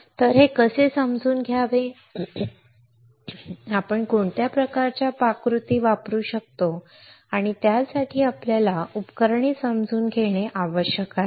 तर हे कसे समजून घ्यावे आपण कोणत्या प्रकारच्या पाककृती वापरू शकतो आणि त्यासाठी आपल्याला उपकरणे समजून घेणे आवश्यक आहे